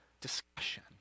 discussion